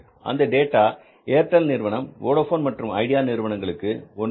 அந்த டேட்டா ஏர்டெல் நிறுவனம் வோடபோன் மற்றும் ஐடியா நிறுவனங்களும் 1